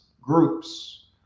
groups